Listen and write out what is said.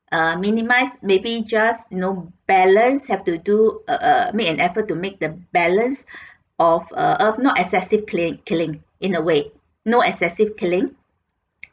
uh minimize maybe just you know balance have to do err err made an effort to make the balance of uh earth not excessive killing killing in a way no excessive killing